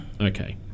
Okay